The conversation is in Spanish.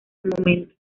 momento